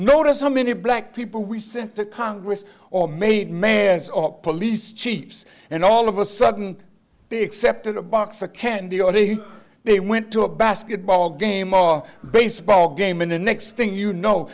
notice how many black people we sent to congress or made mayors or police chiefs and all of a sudden they accepted a box of candy or he they went to a basketball game or baseball game and the next thing you know